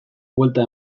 buelta